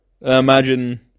Imagine